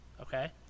Okay